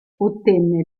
ottenne